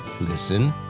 listen